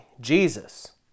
Jesus